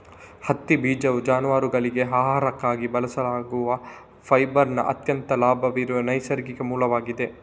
ಹತ್ತಿ ಬೀಜವು ಜಾನುವಾರುಗಳಿಗೆ ಆಹಾರಕ್ಕಾಗಿ ಬಳಸಲಾಗುವ ಫೈಬರಿನ ಅತ್ಯಂತ ಲಭ್ಯವಿರುವ ನೈಸರ್ಗಿಕ ಮೂಲವಾಗಿದೆ